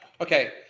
Okay